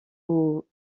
aux